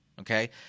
Okay